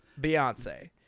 beyonce